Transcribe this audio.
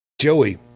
joey